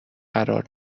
قرار